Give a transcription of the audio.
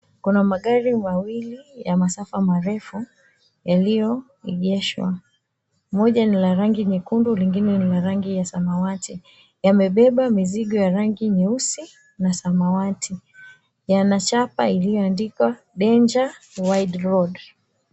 Kuna magari mawili ya masafa marefu yaliyoegeshwa. Moja ni la rangi nyekundu lingine lina rangi ya samawati. Yamebeba mizigo ya rangi nyeusi na samawati. Yana chapa iliyoandikwa, Danger Wide Load.